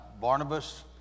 Barnabas